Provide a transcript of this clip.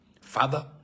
Father